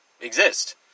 exist